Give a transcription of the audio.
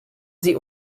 sie